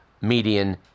median